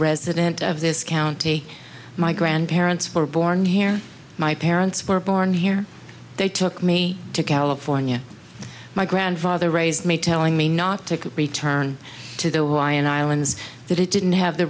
resident of this county my grandparents were born here my parents were born here they took me to california my grandfather raised me telling me not to return to the ryan islands that it didn't have the